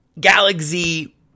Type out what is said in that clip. Galaxy